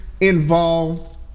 involved